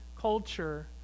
culture